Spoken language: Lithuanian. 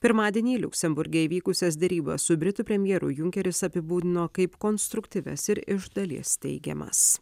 pirmadienį liuksemburge įvykusias derybas su britų premjeru junkeris apibūdino kaip konstruktyvias ir iš dalies teigiamas